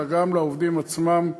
אלא גם לעובדים עצמם,